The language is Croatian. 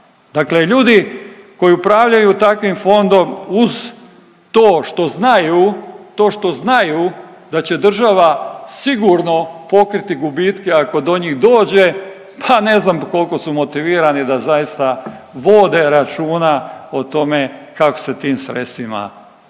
Dakle ljudi koji upravljaju takvih fondom uz to što znaju, to što znaju da će država sigurno pokriti gubitke ako do njih dođe, pa ne znam kolko su motivirani da zaista vode računa o tome kako se tim sredstvima